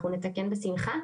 אנחנו נתקן בשמחה.